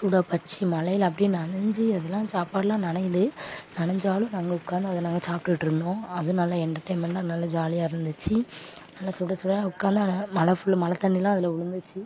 சூடாக பஜ்ஜி மழியில அப்படியே நனைஞ்சி அதெலாம் சாப்பாடெலாம் நனையுது நனைஞ்சாலும் நாங்கள் உக்கார்ந்து அதை நாங்கள் சாப்பிட்டுட்டு இருந்தோம் அது நல்ல எண்டெர்டைமெண்டாக நல்ல ஜாலியாக இருந்துச்சு நல்ல சுட சுட உக்கார்ந்து அதை மழை ஃபுல்லாக மழை தண்ணியெலாம் அதில் விளுந்துச்சி